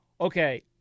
Okay